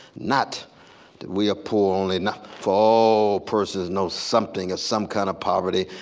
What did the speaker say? not that we are poor only enough, for all persons know something of some kind of poverty.